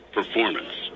performance